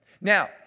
Now